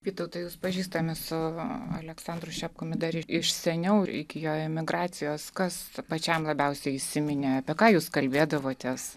vytautai jūs pažįstami su aleksandru šepkumi dar iš seniau iki jo emigracijos kas pačiam labiausiai įsiminė apie ką jūs kalbėdavotės